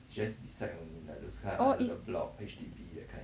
oh is